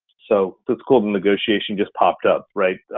so the score of negotiation just popped up, right?